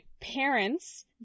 parents